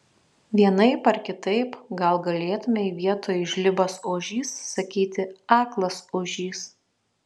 vienaip ar kitaip gal galėtumei vietoj žlibas ožys sakyti aklas ožys